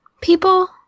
people